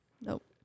Nope